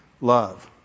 love